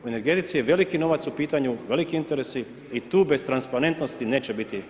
U energetici je veliki novac u pitanju, veliki interesi i tu bez transparentnosti neće biti napretka.